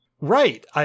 Right